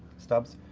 stubbs.